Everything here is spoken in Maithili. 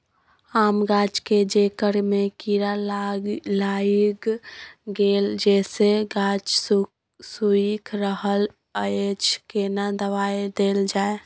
आम गाछ के जेकर में कीरा लाईग गेल जेसे गाछ सुइख रहल अएछ केना दवाई देल जाए?